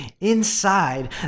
inside